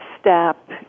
step